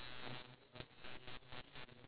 or do we just circle ya